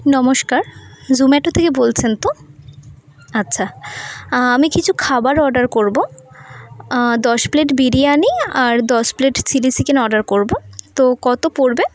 নমস্কার জোম্যাটো থেকে বলছেন তো আচ্ছা আমি কিছু খাবার অর্ডার করব দশ প্লেট বিরিয়ানি আর দশ প্লেট চিলি চিকেন অর্ডার করব তো কত পড়বে